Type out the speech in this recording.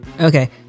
Okay